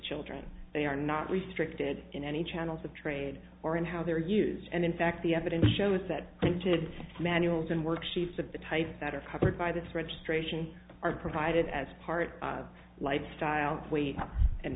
children they are not restricted in any channels of trade or in how they're used and in fact the evidence shows that intended manuals and worksheets of the type that are covered by this registration are provided as part of lifestyle